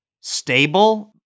stable